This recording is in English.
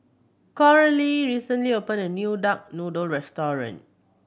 Coralie recently opened a new duck noodle restaurant